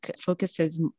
focuses